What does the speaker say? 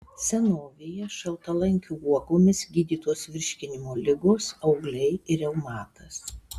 senovėje šaltalankių uogomis gydytos virškinimo ligos augliai ir reumatas